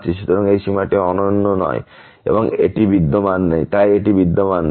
সুতরাং এই সীমাটি অনন্য নয় এবং তাই এটি বিদ্যমান নেই